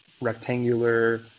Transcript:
rectangular